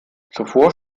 zuvor